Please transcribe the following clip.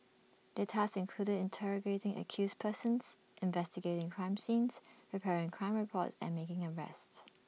their tasks included interrogating accused persons investigating crime scenes preparing crime reports and making arrests